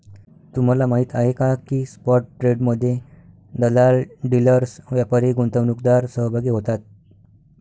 तुम्हाला माहीत आहे का की स्पॉट ट्रेडमध्ये दलाल, डीलर्स, व्यापारी, गुंतवणूकदार सहभागी होतात